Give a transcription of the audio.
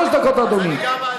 שלוש דקות, אדוני.